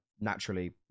naturally